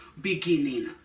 beginning